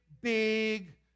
big